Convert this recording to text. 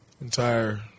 entire